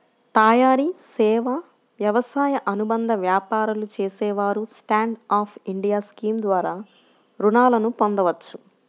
తయారీ, సేవా, వ్యవసాయ అనుబంధ వ్యాపారాలు చేసేవారు స్టాండ్ అప్ ఇండియా స్కీమ్ ద్వారా రుణాలను పొందవచ్చు